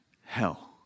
hell